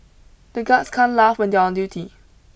the guards can't laugh when they on duty